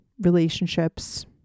relationships